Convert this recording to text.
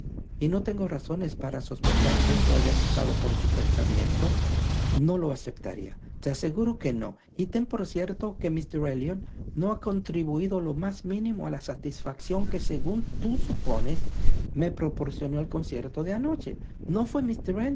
propusieray no tengo razones para sospechar que esto haya cruzado por su pensamiento no le aceptaría te aseguro que no y ten por cierto que míster elliot no ha contribuido lo más mínimo a la satisfacción que según tú supones me proporcionó el concierto de anoche no fué